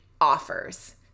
offers